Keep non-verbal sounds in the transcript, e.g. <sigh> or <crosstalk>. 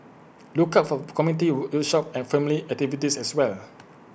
look out for community <hesitation> workshops and family activities as well